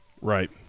Right